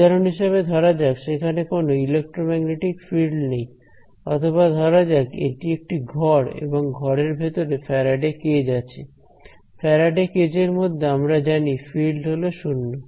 উদাহরণ হিসেবে ধরা যাক সেখানে কোন ইলেক্ট্রোম্যাগনেটিক ফিল্ড নেই অথবা ধরা যাক এটি একটি ঘর এবং ঘরের ভেতরে ফ্যারাডে কেজ আছে ফ্যারাডে কেজ এরমধ্যে আমরা জানি ফিল্ড হল 0